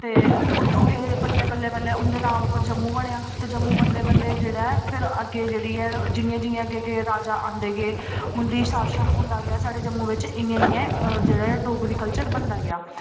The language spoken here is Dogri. ते उ'त्थुं एह् बल्लें बल्लें बल्लें उं'दे नांऽ उप्पर जम्मू बनेआ ते जम्मू बनदे बनदे जेह्ड़ा फिर अग्गें जेह्ड़ी ऐ जि'यां जि'यां अग्गें अग्गें राजा आंदे गे उं'दा शासन होंदा गेआ साढ़े जम्मू बिच इ'यां इ'यां जेह्ड़ा ऐ डोगरी कल्चर बनदा गेआ